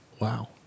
Wow